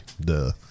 Duh